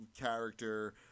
character